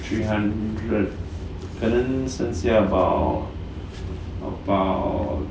three hundred 可能剩下 about about